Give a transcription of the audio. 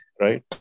right